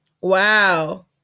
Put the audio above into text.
Wow